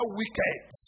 wicked